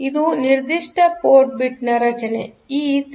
ಆದ್ದರಿಂದ ಇದು ನಿರ್ದಿಷ್ಟ ಪೋರ್ಟ್ ಬಿಟ್ ನ ರಚನೆಈ 3